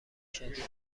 شدید